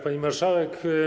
Pani Marszałek!